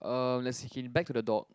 um let's see him back to the dog